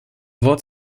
wort